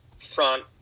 front